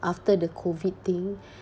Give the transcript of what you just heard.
after the COVID thing